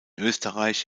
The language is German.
österreich